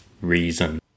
reason